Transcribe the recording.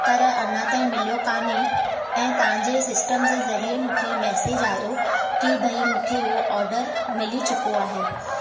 पर अञा ताईं मिलियो कान्हे ऐं तव्हांजे सिस्टम जे ज़रिये मूंखे मैसेज आयो की बई मूंखे उहो ऑर्डर मिली चुको आहे